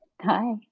Hi